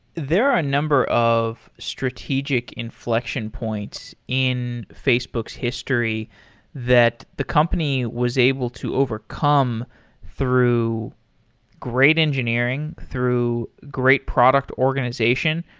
there are a number of strategic inflection points in facebook's history that the company was able to overcome through great engineering, through great product organization.